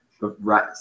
right